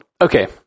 Okay